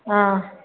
ಹಾಂ